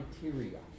criteria